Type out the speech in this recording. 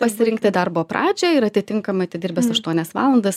pasirinkti darbo pradžią ir atitinkamai atidirbęs aštuonias valandas